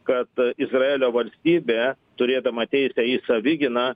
kad izraelio valstybė turėdama teisę į savigyną